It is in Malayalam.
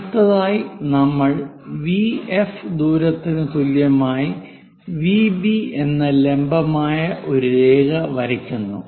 അടുത്തതായി നമ്മൾ വിഎഫി ദൂരത്തിനു തുല്യമായ വിബി എന്ന ലംബമായി ഒരു രേഖ വരയ്ക്കുന്നു